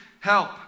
Help